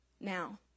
now